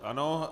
Ano.